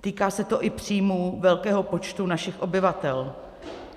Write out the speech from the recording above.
Týká se to i příjmů velkého počtu našich obyvatel,